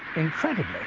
incredibly,